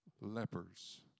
lepers